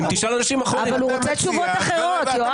שנייה ושלישית בתחולה מידית?